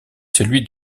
celui